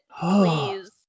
Please